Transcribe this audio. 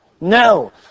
No